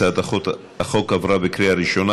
ההצעה להעביר את הצעת חוק התקשורת (בזק ושידורים)